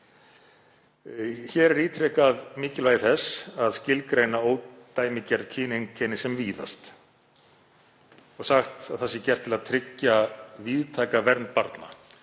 Hér er ítrekað mikilvægi þess að skilgreina ódæmigerð kyneinkenni sem víðast og sagt að það sé gert til að tryggja víðtæka vernd barna